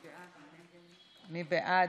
מי בעד?